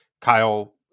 Kyle